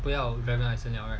不要 very nice and you're right